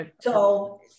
So-